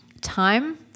time